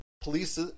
police